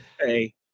Hey